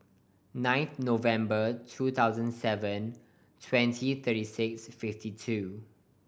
ninth November two thousand seven twenty thirty six fifty two